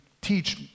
teach